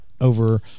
over